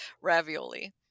ravioli